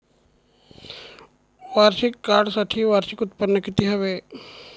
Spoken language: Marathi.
क्रेडिट कार्डसाठी वार्षिक उत्त्पन्न किती हवे?